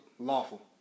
lawful